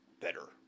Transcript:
better